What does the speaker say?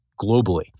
globally